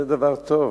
זה דבר טוב.